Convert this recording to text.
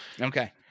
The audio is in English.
Okay